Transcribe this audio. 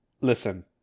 Listen